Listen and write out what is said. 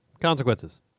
consequences